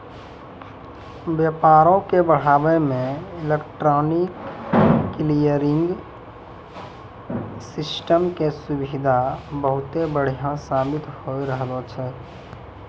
व्यापारो के बढ़ाबै मे इलेक्ट्रॉनिक क्लियरिंग सिस्टम के सुविधा बहुते बढ़िया साबित होय रहलो छै